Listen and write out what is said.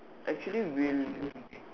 actually will